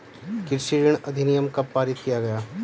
कृषि ऋण अधिनियम कब पारित किया गया?